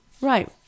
right